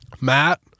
Matt